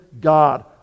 God